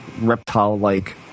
reptile-like